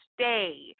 stay